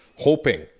Hoping